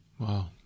Wow